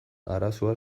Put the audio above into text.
arazoa